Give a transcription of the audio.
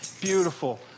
beautiful